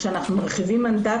כשאנחנו מרחיבים מנדט,